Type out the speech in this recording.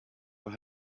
were